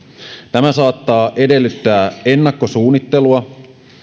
tämä saattaa edellyttää ennakkosuunnittelua